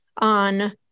on